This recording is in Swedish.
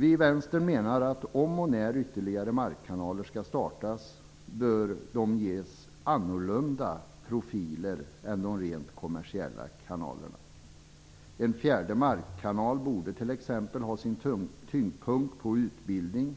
Vi i Vänstern menar att om och när ytterligare markkanaler skall startas bör de ges annorlunda profiler än de rent kommersiella kanalerna. En fjärde markkanal borde t.ex. ha sin tyngdpunkt på utbildning